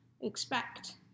expect